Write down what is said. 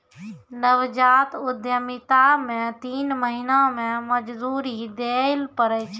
नवजात उद्यमिता मे तीन महीना मे मजदूरी दैल पड़ै छै